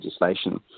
legislation